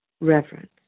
reverence